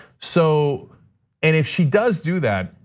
so and if she does do that,